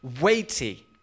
weighty